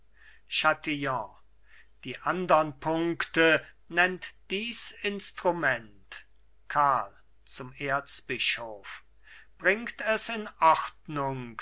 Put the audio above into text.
chatillon die andern punkte nennt dies instrument karl zum erzbischof bringt es in ordnung